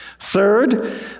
Third